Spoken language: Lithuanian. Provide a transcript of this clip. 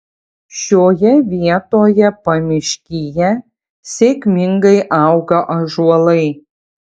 šioje vietoje pamiškyje sėkmingai auga ąžuolai